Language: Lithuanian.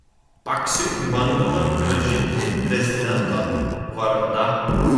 paksiui bandoma grąžinti prezidento vardą